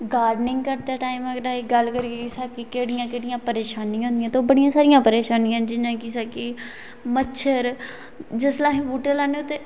gardening करदे time स्हानू केह्डियां केह्डियां परेशानियां होंदियां जियां के अस गल्ल करा ते मच्छर बूहटा लाना होऐ ते बस